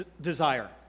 desire